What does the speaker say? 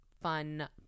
fun